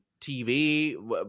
TV